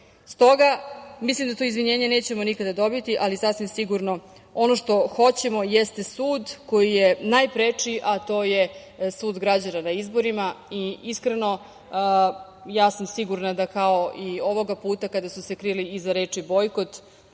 mislim da to izvinjenje nećemo nikada dobiti, ali sasvim sigurno ono što hoćemo jeste sud koji je najpreči, a to je sud građana na izborima i iskreno ja sam sigurna da kao i ovoga puta kada su se krili iza reči – bojkot,